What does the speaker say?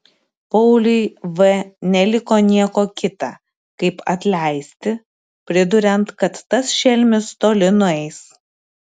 pauliui v neliko nieko kita kaip atleisti priduriant kad tas šelmis toli nueis